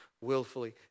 willfully